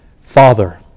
Father